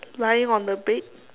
lying on the bed